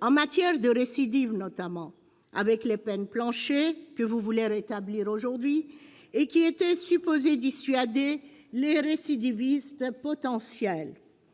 En matière de récidive notamment, avec les peines planchers, que vous voulez rétablir aujourd'hui, et qui étaient supposées dissuader les récidivistes potentiels.